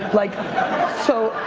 like so,